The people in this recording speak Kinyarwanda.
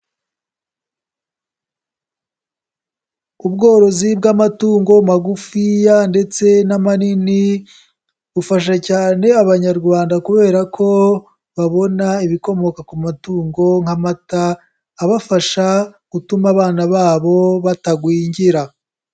Ubworozi bw'amatungo magufiya ndetse n'amanini bufasha cyane Abanyarwanda, kubera ko babona ibikomoka ku matungo nk'amata abafasha gutuma abana babo batagwingira.